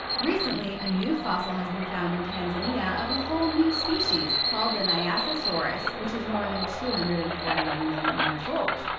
recently a new fossil has been found in tanzania of a whole new species, called the nyasasaurus, which is more than two hundred and forty one million years ago.